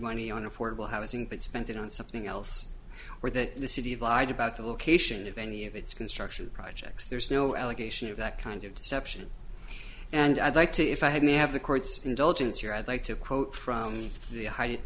money on affordable housing but spent it on something else or that the city lied about the location of any of its construction projects there's no allegation of that kind of deception and i'd like to if i hadn't have the court's indulgence here i'd like to quote from the height